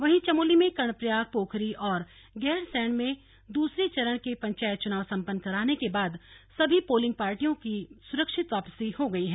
वहीं चमोली में कर्णप्रयाग पोखरी और गैरसैंण में दूसरे चरण के पंचायत चुनाव संपन्न कराने के बाद सभी पोलिंग पार्टियों की सुरक्षित वापसी हो गई है